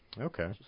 Okay